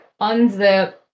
unzip